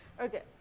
Okay